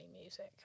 music